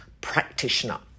practitioner